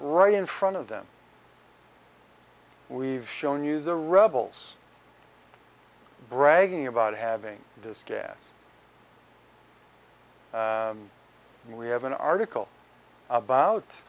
right in front of them we've shown you the rebels bragging about having this gas we have an article about